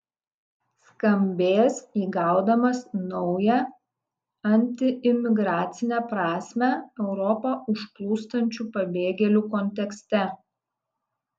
skambės įgaudamas naują antiimigracinę prasmę europą užplūstančių pabėgėlių kontekste